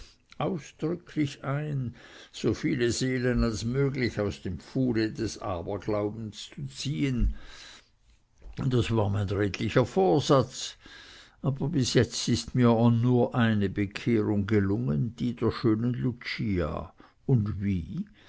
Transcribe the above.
ausdrücklich ein so viele seelen als möglich aus dem pfuhle des aberglaubens zu ziehen das war mein redlicher vorsatz aber bis jetzt ist mir nur eine bekehrung gelungen die der schönen lucia und wie